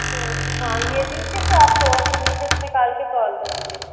हाँ ये नीचे से आप थोड़ा सा नीचे से निकाल के तोल दो मुझे